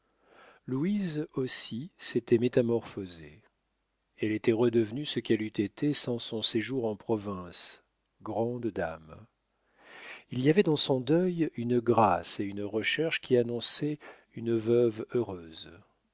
louise aussi s'était métamorphosée elle était redevenue ce qu'elle eût été sans son séjour en province grande dame il y avait dans son deuil une grâce et une recherche qui annonçaient une veuve heureuse